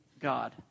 God